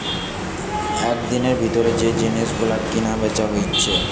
একদিনের ভিতর যে জিনিস গুলো কিনা বেচা হইছে